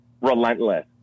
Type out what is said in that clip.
relentless